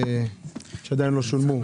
שעדיין לא שולמו?